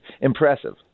impressive